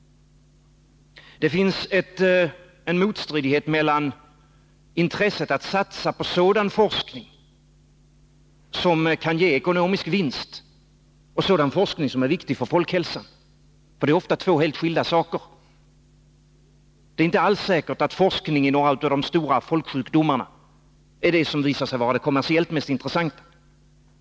inom läkemedels Det finns en motstridighet mellan intresset att satsa på sådan forskning industrin som kan ge ekonomisk vinst och sådan forskning som är viktig för folkhälsan, för det är ofta två helt skilda saker. Det är inte alls säkert att forskning i några av de större folksjukdomarna är det som visar sig vara det kommersiellt mest intressanta.